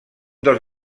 dels